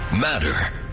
matter